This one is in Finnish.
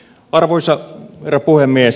arvoisa herra puhemies